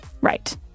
Right